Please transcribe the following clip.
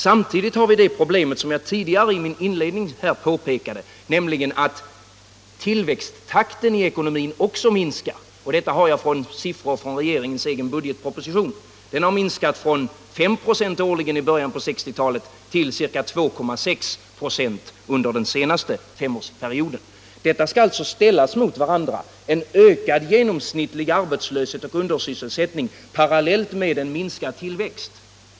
Samtidigt har vi det problem som jag tidigare i min inledning påpekade, nämligen att tillväxttakten i ekonomin också minskar. På den punkten kan jag peka på siffror ur regeringens egen budgetproposition. Tillväxttakten har minskat från 5 "> i början av 1960-talet till cirka 2,6 "+ under den senaste femårsperioden. Dessa siffror skall ställas mot varandra, dvs. en ökad genomsnittlig arbetslöshet och undersysselsättning parallellt med en minskad tillväxt.